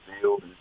field